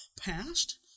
passed